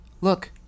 Look